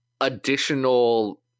additional